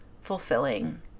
fulfilling